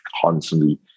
constantly